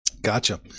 Gotcha